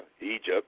Egypt